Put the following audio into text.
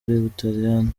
butaliyani